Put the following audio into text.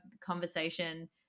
conversation